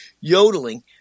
yodeling